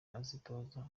azitoza